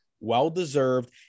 well-deserved